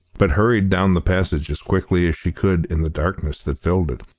but hurried down the passage as quickly as she could in the darkness that filled it,